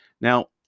Now